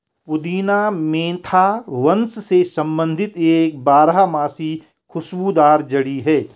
पुदीना मेंथा वंश से संबंधित एक बारहमासी खुशबूदार जड़ी है